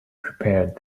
prepared